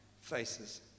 Faces